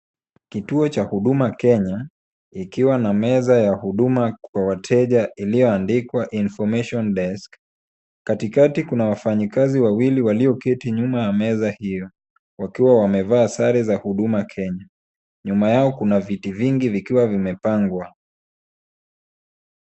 Kituo cha Huduma Kenya ikiwa na meza ya huduma kwa wateja ilioandikwa information desk . Katikati kuna wafanyakazi wawili walioketi nyuma ya meza hiyo wakiwa wamevaa sare za Huduma Kenya. Nyuma yao kuna viti vingi vikiwa vimepangwa.